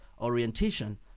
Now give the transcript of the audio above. orientation